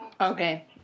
Okay